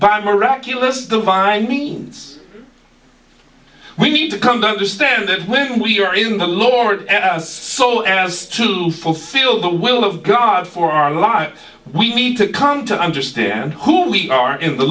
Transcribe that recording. i miraculous the find me we need to come to understand that when we are in the lord and as soul and as to fulfill the will of god for our lives we need to come to understand who we are in the